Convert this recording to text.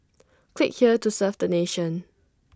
click here to serve the nation